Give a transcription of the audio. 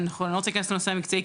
אני לא רוצה להיכנס לנושא המקצועי,